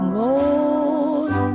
goes